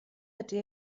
ydy